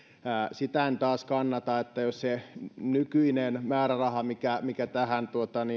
sitä en taas kannata että se nykyinen määräraha mikä mikä tähän